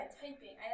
typing